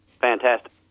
Fantastic